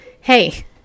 hey